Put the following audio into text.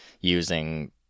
using